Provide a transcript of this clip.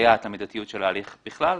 מסייעת למידתיות של ההליך בכלל.